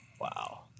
Wow